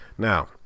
Now